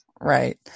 Right